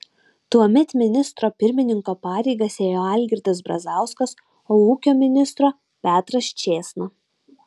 tuomet ministro pirmininko pareigas ėjo algirdas brazauskas o ūkio ministro petras čėsna